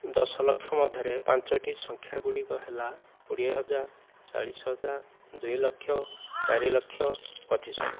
ଦଶ ଲକ୍ଷ ମଧ୍ୟରେ ପାଞ୍ଚଟି ସଂଖ୍ୟା ଗୁଡ଼ିକ ହେଲା କୋଡ଼ିଏ ହଜାର ଚାଳିଶ ହଜାର ଦୁଇ ଲକ୍ଷ ଚାରି ଲକ୍ଷ ପଚିଶ ହଜାର